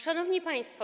Szanowni Państwo!